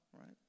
right